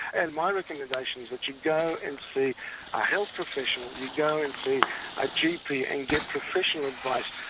and my recommendation is that you go and see a health professional, you go and see a gp and get professional advice.